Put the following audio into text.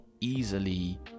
easily